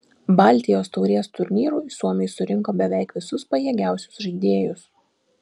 baltijos taurės turnyrui suomiai surinko beveik visus pajėgiausius žaidėjus